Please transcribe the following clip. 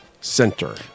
center